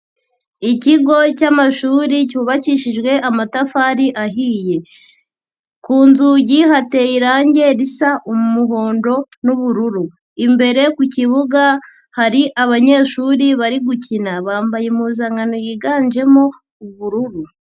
Ikigo cy'amashuri cyubakishijwe amatafari ahiye, ku nzugi hateye irangi risa umuhondo n'ubururu, imbere ku kibuga hari abanyeshuri bari gukina, bambaye impuzankano yiganjemo ubururu.